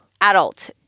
adult